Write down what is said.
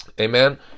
Amen